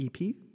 EP